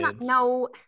no